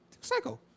psycho